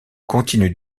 continue